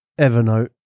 Evernote